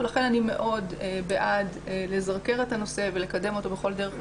לכן אני מאוד בעד לזרקר את הנושא ולקדם אותו בכל דרך אפשרית.